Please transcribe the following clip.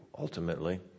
ultimately